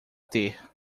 ter